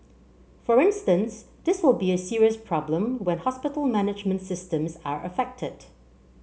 for instance this will be a serious problem when hospital management systems are affected